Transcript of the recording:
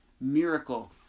miracle